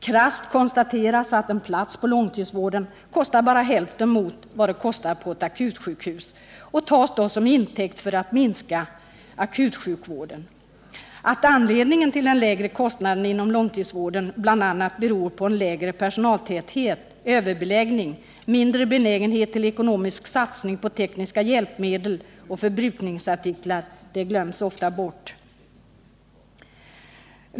Krasst konstateras att en plats på långtidsvården kostar bara hälften mot vad den kostar på ett akutsjukhus, och det tas som intäkt för att minska akutsjukvården. Att den lägre kostnaden inom långtidsvården bl.a. beror på lägre personaltäthet, överbeläggning, mindre benägenhet till ekonomisk satsning på tekniska hjälpmedel och förbrukningsartiklar glöms ofta bort.